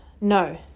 No